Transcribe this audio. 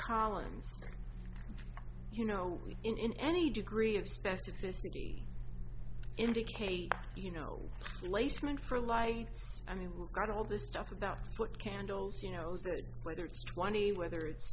collins you know we in any degree of specificity indicate you know placement for lights i mean we've got all this stuff about foot candles you know that whether it's